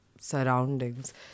surroundings